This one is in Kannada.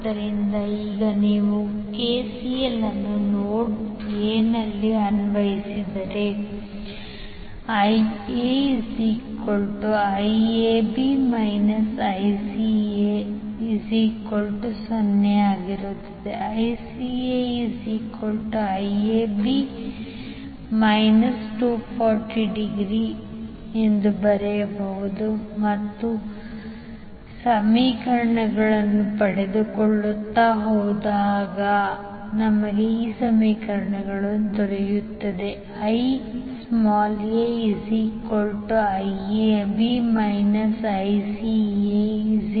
ಆದ್ದರಿಂದ ಈಗ ನೀವು KCL ಅನ್ನು ನೋಡ್ Aನಲ್ಲಿ ಅನ್ವಯಿಸಿದರೆ IaIAB ICA0 ICAIAB∠ 240° IaIAB ICAIAB1 1∠ 240° IAB10